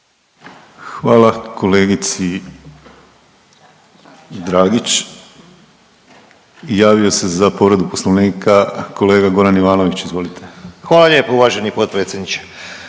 Hvala kolegici Dragić. Javio se za povredu Poslovnika kolega Goran Ivanović, izvolite. **Ivanović, Goran